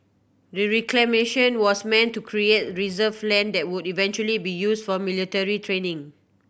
the reclamation was meant to create reserve land that would eventually be used for military training